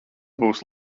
būs